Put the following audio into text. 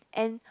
and